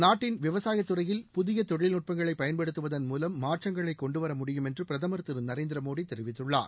நாட்டின் விவசாய துறையில் புதிய தொழில்நுட்பங்களை பயன்படுத்துவதன் மூலம் மாற்றங்களை கொண்டு வர முடியும் என்று பிரதமர் திரு நரேந்திர மோடி தெரிவித்துள்ளார்